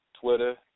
Twitter